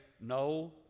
no